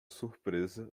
surpresa